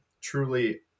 truly